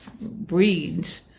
breeds